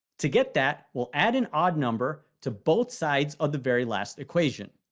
to get that, we'll add an odd number to both sides of the very last equation.